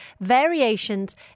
variations